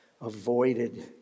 avoided